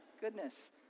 goodness